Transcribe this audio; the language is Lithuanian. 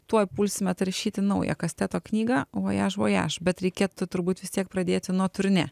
tuoj pulsime taršyti naują kasteto knygą vojaž vojaž bet reikėtų turbūt vis tiek pradėti nuo turnė